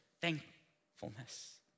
thankfulness